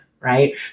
right